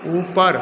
ऊपर